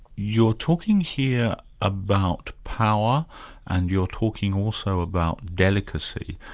you're talking here about power and you're talking also about delicacy.